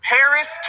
Paris